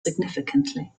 significantly